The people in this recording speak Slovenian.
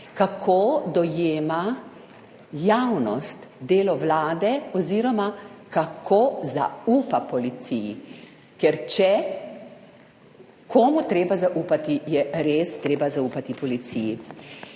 kako dojema javnost delo vlade oziroma kako zaupa policiji. Ker če je komu treba zaupati, je res treba zaupati policiji.